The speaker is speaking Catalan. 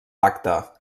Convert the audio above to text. pacte